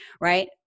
right